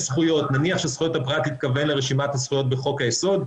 נניח ש"זכויות הפרט" התכוון לרשימת הזכויות בחוק היסוד,